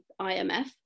IMF